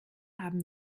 haben